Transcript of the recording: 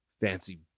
Fancy